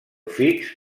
fix